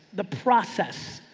the process.